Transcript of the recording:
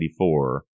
1994